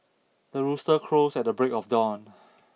the rooster crows at the break of dawn